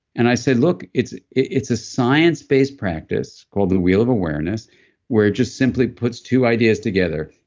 and i say, look. it's it's a science-based practice called the wheel of awareness where it just simply puts two ideas together.